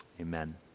Amen